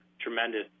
tremendous